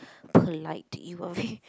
polite you are